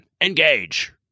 Engage